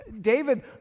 david